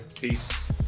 Peace